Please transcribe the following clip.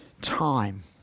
time